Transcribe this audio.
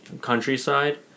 countryside